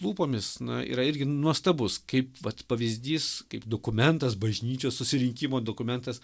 lūpomis na yra irgi nuostabus kaip vat pavyzdys kaip dokumentas bažnyčios susirinkimo dokumentas